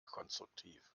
konstruktiv